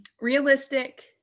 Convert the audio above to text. realistic